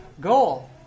goal